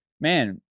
man